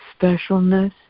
specialness